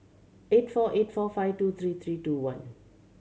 eight four eight four five two three three two one